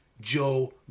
Joe